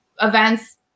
events